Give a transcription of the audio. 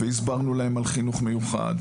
והסברנו להן על חינוך מיוחד.